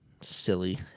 silly